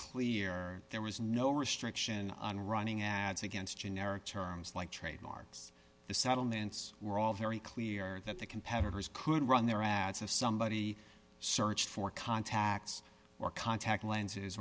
clear there was no restriction on running ads against generic terms like trademarks the settlements were all very clear that the competitors could run their ads if somebody searched for contacts or contact lenses